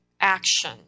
action